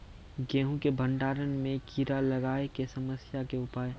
गेहूँ के भंडारण मे कीड़ा लागय के समस्या के उपाय?